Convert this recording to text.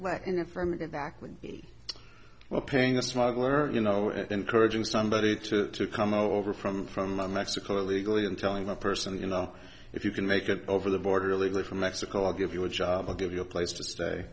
we were paying a smuggler you know encouraging somebody to come over from from mexico illegally and telling a person you know if you can make it over the border illegally from mexico i'll give you a job i'll give you a place to stay